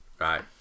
Right